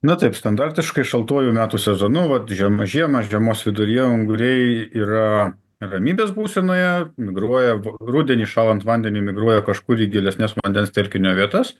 na taip standartiškai šaltuoju metų sezonu vat žiem žiemą žiemos viduryje unguriai yra ramybės būsenoje migruoja rudenį šąlant vandeniui migruoja kažkur į gilesnes vandens telkinio vietas